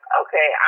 okay